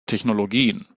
technologien